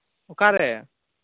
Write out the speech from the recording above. ᱚᱠᱟᱨᱮ